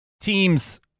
teams